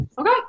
Okay